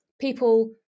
people